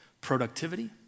Productivity